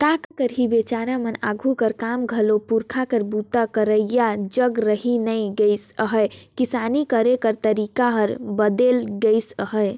का करही बिचारा मन आघु कस काम घलो पूरखा के बूता करइया जग रहि नी गइस अहे, किसानी करे कर तरीके हर बदेल गइस अहे